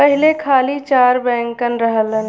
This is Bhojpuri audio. पहिले खाली चार बैंकन रहलन